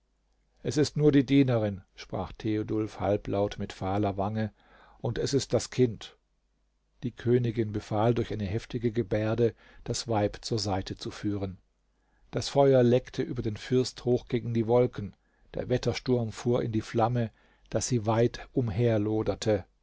es ist nur die dienerin sprach theodulf halblaut mit fahler wange und es ist das kind die königin befahl durch eine heftige gebärde das weib zur seite zu führen das feuer leckte über den first hoch gegen die wolken der wettersturm fuhr in die flamme daß sie weit